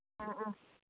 ꯑꯥ ꯑꯥ